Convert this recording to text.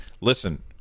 listen